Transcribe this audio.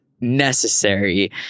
necessary